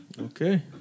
Okay